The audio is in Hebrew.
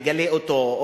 מגלה אותו,